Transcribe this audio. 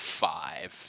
five